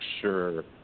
sure